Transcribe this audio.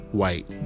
white